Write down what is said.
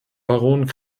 baron